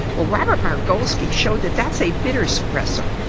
well robert margolskee showed that that's a bitter suppressor.